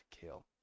kill